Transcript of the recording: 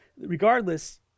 regardless